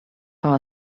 far